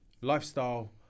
lifestyle